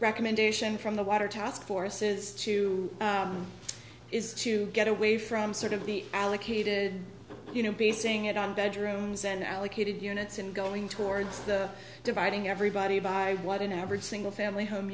recommendation from the water task force is to is to get away from sort of the allocated you know basing it on bedrooms and allocated units and going towards the dividing everybody by what an average single family home